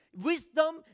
Wisdom